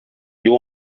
you